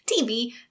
tv